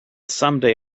someday